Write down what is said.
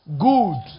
Good